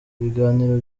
ibiganiro